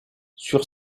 sur